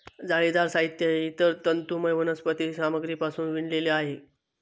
जाळीदार साहित्य हे इतर तंतुमय वनस्पती सामग्रीपासून विणलेले आहे